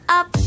up